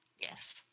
yes